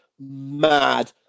mad